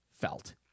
felt